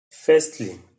Firstly